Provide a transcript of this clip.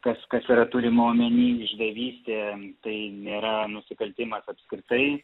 kas kas yra turima omeny išdavystė tai nėra nusikaltimas apskritai